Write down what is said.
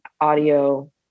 audio